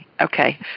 Okay